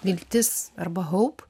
viltis arba hope